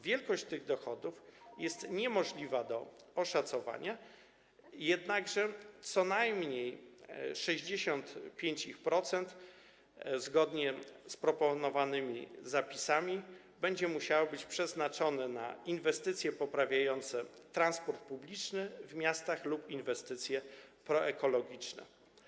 Wielkość tych dochodów jest niemożliwa do oszacowania, jednakże co najmniej 65% z nich zgodnie z proponowanymi zapisami będzie musiało być przeznaczone na inwestycje poprawiające transport publiczny w miastach lub inwestycje proekologiczne.